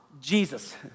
Jesus